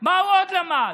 מה הוא עוד למד?